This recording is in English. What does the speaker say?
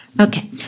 Okay